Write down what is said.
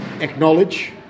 acknowledge